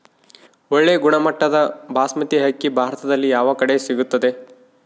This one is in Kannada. ಒಳ್ಳೆ ಗುಣಮಟ್ಟದ ಬಾಸ್ಮತಿ ಅಕ್ಕಿ ಭಾರತದಲ್ಲಿ ಯಾವ ಕಡೆ ಸಿಗುತ್ತದೆ?